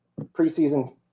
preseason